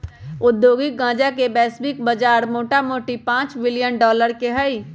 औद्योगिक गन्जा के वैश्विक बजार मोटामोटी पांच बिलियन डॉलर के हइ